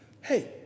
Hey